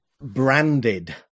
branded